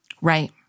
right